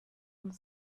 und